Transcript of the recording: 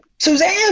Suzanne